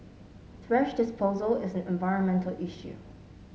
thrash disposal is an environmental issue